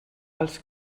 els